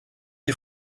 des